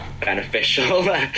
beneficial